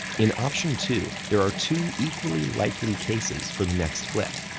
in option two, there are two equally likely cases for the next flip.